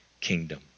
kingdom